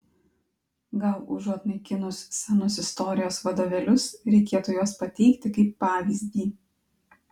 gal užuot naikinus senus istorijos vadovėlius reikėtų juos pateikti kaip pavyzdį